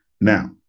now